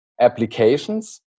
applications